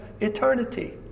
eternity